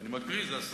אני מקריא, זה הסוף.